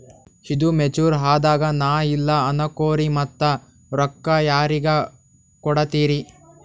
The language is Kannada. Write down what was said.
ಈದು ಮೆಚುರ್ ಅದಾಗ ನಾ ಇಲ್ಲ ಅನಕೊರಿ ಮತ್ತ ರೊಕ್ಕ ಯಾರಿಗ ಕೊಡತಿರಿ?